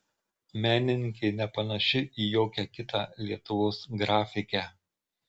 menininkė nepanaši į jokią kitą lietuvos grafikę